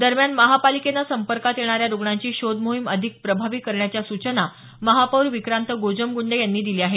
दरम्यान महापालिकेने संपर्कात येणाऱ्या रुग्णांची शोध मोहिम अधिक प्रभावी करण्याच्या सूचना महापौर विक्रांत गोजमगूंडे यांनी दिल्या आहेत